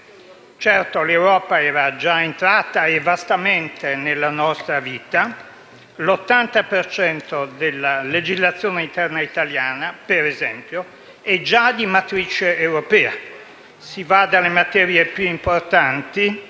Certo, l'Europa è già entrata - e in vasta misura - nella nostra vita. L'80 per cento della legislazione interna italiana, ad esempio, è già di matrice europea. Si va dalle materie più importanti